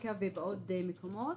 באפריקה ובעוד מקומות.